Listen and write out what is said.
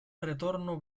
retorno